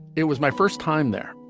it was my first time there